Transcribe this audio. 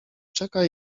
czeka